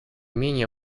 менее